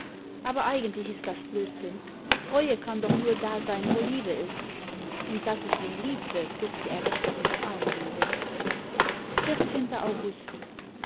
aber eigentlich ist das blödsinn treue kann doch nur da sein wo liebe ist und daß ich ihn liebte durfte er sich doch nicht einbilden august